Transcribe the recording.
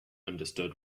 understood